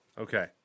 Okay